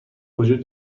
وجود